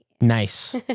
Nice